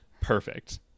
perfect